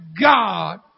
God